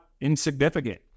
insignificant